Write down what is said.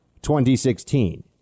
2016